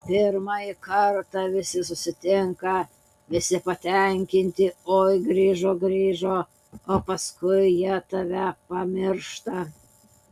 pirmąjį kartą visi susitinka visi patenkinti oi grįžo grįžo o paskui jie tave pamiršta